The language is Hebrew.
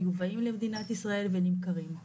מיובאים למדינת ישראל ונמכרים בה.